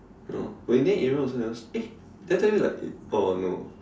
no but in the end Adrian also never eh did I tell you like oh no